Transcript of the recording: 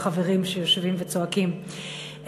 החברים שיושבים וצועקים,